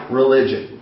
religion